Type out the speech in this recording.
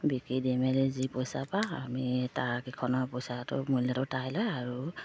বিকি দি মেলি যি পইচা পাওঁ আমি তাৰ কেইখনৰ পইচাটো মূল্যটো তাই লয় আৰু